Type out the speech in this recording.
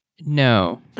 No